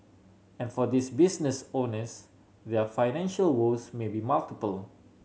and for these business owners their financial woes may be multiple